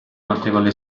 notevole